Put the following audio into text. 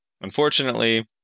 unfortunately